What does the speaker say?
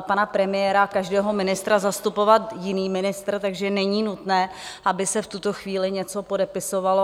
pana premiéra, každého ministra zastupovat jiný ministr, takže není nutné, aby se v tuto chvíli něco podepisovalo.